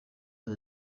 was